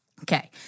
Okay